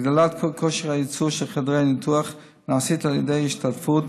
הגדלת כושר הייצור של חדרי הניתוח נעשית על ידי השתתפות